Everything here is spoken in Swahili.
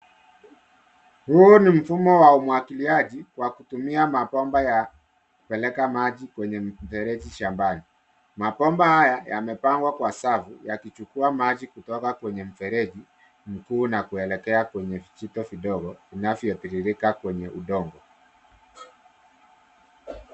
Huu ni mfumo wa umwagiliaji wa kutumia mabomba ya kupeleka maji kwenye mifereji shambani. Mabomba haya yamepangwa kwa safu yakichukua maji kutoka kwenye mfereji mkuu na kuelekea kwenye vijito vidogo vinavyotiririka kwenye udongo.